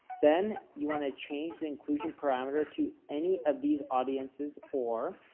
then you want to change the inclusion parameter to any of these audiences or,